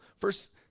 First